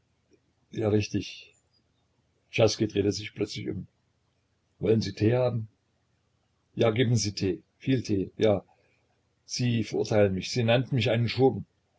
ja richtig czerski drehte sich plötzlich um wollen sie tee haben ja geben sie tee viel tee ja sie verurteilen mich sie nannten mich einen schurken